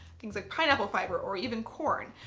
things like pineapple fibre or even corn.